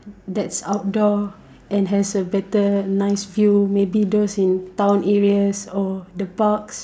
that's outdoor and has a better nice view maybe those in town areas or the parks